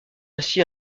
ainsi